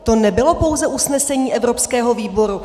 To nebylo pouze usnesení evropského výboru.